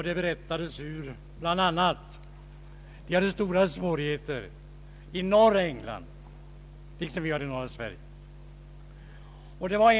De berättade bl.a. att de hade stora svårigheter i norra England, liksom vi har svårigheter i norra Sverige.